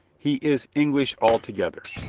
he is english altogether.